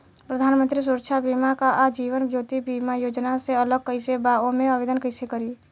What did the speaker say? प्रधानमंत्री सुरक्षा बीमा आ जीवन ज्योति बीमा योजना से अलग कईसे बा ओमे आवदेन कईसे करी?